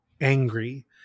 angry